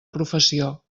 professió